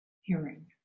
hearing